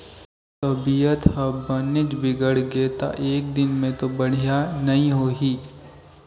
तबीयत ह बनेच बिगड़गे त एकदिन में तो बड़िहा नई होही